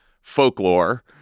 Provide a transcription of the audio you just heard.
folklore